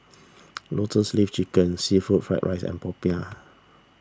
Lotus Leaf Chicken Seafood Fried Rice and Popiah